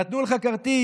נתנו לך כרטיס